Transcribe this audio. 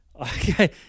Okay